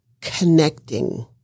connecting